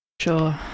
Sure